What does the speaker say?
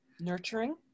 nurturing